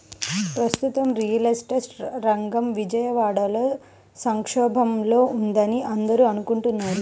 ప్రస్తుతం real estate రంగం విజయవాడలో సంక్షోభంలో ఉందని అందరూ అనుకుంటున్నారు